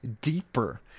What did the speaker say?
deeper